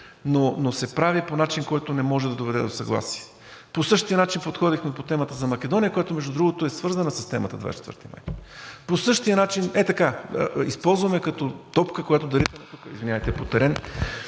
но се прави по начин, който не може да доведе до съгласие. По същия начин подходихме по темата за Македония, която, между другото, е свързана с темата „24 май“. По същия начин, ей така я използваме като топка, която да ритаме тук по терен